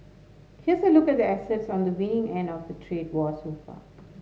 here's a look at the assets on the winning end of the trade war so far